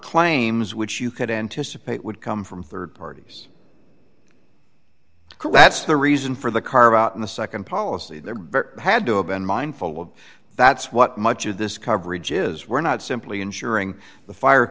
claims which you could anticipate would come from rd parties that's the reason for the carve out in the nd policy there had to have been mindful of that's what much of this coverage is we're not simply insuring the fire